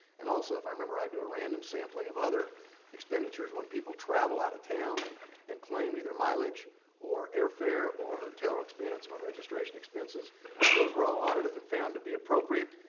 and also if i remember right, do a random sampling of other expenditures when people travel out of town and claim either mileage or airfare or hotel expense or registration expenses. those were all audited and found to be appropriate,